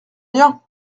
bien